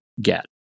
get